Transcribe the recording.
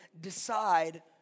decide